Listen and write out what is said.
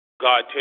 God